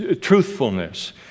truthfulness